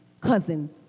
cousin